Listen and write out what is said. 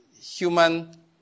human